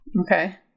Okay